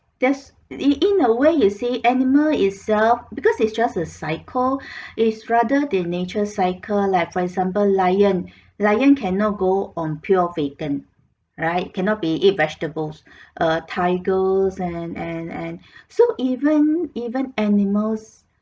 there's in in a way you see animal itself because it's just a cycle is rather the nature cycle like for example lion lion cannot go on pure vegan right cannot be eat vegetables err tigers and and and so even even animals